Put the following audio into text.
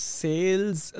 sales